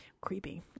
Creepy